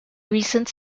recent